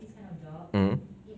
mm